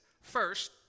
first